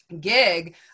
gig